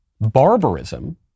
barbarism